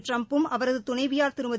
டிரம்பும் அவரது துணவியார் திருமதி